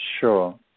sure